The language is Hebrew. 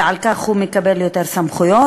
ועל כך הוא מקבל יותר סמכויות,